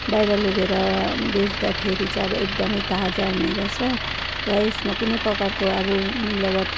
बाहिर लगेर बेच्दाखेरि चाहिँ अब एकदमै ताजा हुनेगर्छ र यसमा कुनै प्रकारको अब मिलावट